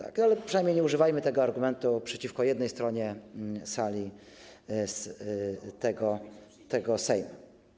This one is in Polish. A przynajmniej nie używajmy tego argumentu przeciwko jednej stronie sali tego Sejmu.